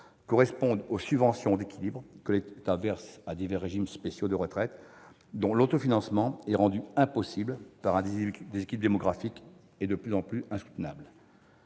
correspondent aux subventions d'équilibre que l'État verse à divers régimes spéciaux de retraite dont l'autofinancement est rendu impossible par un déséquilibre démographique de plus en plus insoutenable.